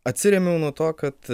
atsirėmiau nuo to kad